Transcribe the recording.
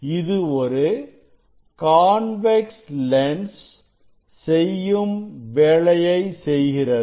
இது ஒரு convex lens செய்யும் வேலையை செய்கிறது